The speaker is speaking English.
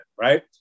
Right